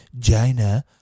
China